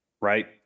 Right